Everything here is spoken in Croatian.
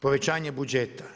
Povećanje, budžeta.